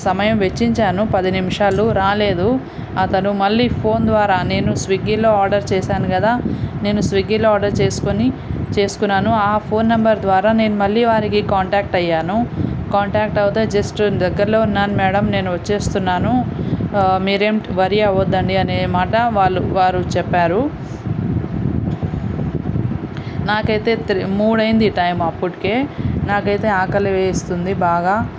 సమయం వెచ్చించాను పది నిమిషాలు రాలేదు అతను మళ్ళీ ఫోన్ ద్వారా నేను స్విగ్గిలో ఆర్డర్ చేసాను కదా నేను స్విగ్గిలో ఆర్డర్ చేసు నెంబర్ ద్వారా నేను మళ్ళీ వారికి కాంటాక్ట్ అయ్యాను కాంటాక్ట్ అవుతే జస్ట్ దగ్గరలో ఉన్నాను మ్యాడమ్ నేను వచ్చేస్తున్నాను మీరేం వర్రీ అవ్వద్దండి అనే మాట వాళ్ళు వారు చెప్పారు నాకైతే త్రీ మూడు అయింది టైం అప్పటికే నాకైతే ఆకలి వేస్తుంది బాగా